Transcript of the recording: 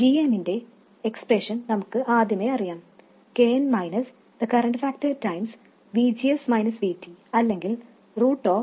gmന്റെ expression നമുക്ക് ആദ്യമേ അറിയാം kn - കറന്റ് ഫാക്ടർ ഗുണനം അല്ലെങ്കിൽ 2kn ID